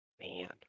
Man